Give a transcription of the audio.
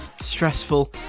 stressful